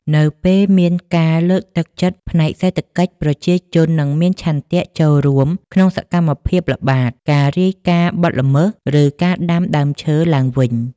នៅពេលមានការលើកទឹកចិត្តផ្នែកសេដ្ឋកិច្ច ប្រជាជននឹងមានឆន្ទៈចូលរួមក្នុងសកម្មភាពល្បាត ការរាយការណ៍បទល្មើស ឬការដាំដើមឈើឡើងវិញ។